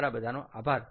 તમારા બધાનો આભાર